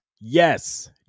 Yes